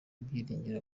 byiringiro